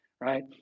right